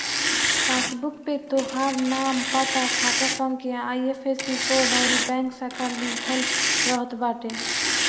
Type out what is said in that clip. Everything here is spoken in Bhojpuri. पासबुक पे तोहार नाम, पता, खाता संख्या, आई.एफ.एस.सी कोड अउरी बैंक शाखा लिखल रहत बाटे